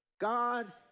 God